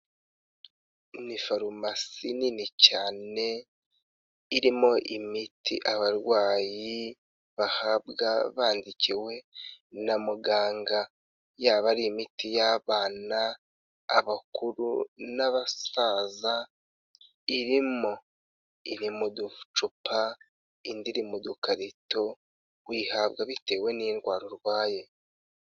Ni farumasi nini cyane, irimo imiti abarwayi bahabwa bandikiwe na muganga, yaba ari imiti y'abana, abakuru n'abasaza irimo, iri mu ducupa indi iri mu dukarito, uyihabwa bitewe n'indwara urwaye.